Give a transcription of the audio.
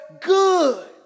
good